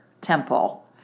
Temple